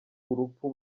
urupfu